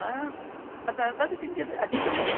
हा अत तद् किञ्चित् अधिकं भवति